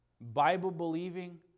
Bible-believing